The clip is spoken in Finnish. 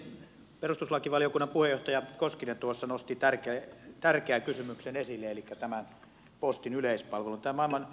perustuslakivaliokunnan puheenjohtaja koskinen tuossa nosti tärkeän kysymyksen esille elikkä tämän postin yleispalvelun